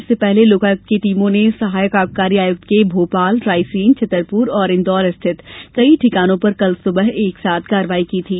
इससे पहले लोकायुक्त की टीमों ने सहायक आबकारी आयुक्त के भोपाल रायसेन छतरपुर और इंदौर स्थित कई ठिकानों पर कल सुबह एक साथ कार्रवाई की थी